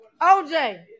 OJ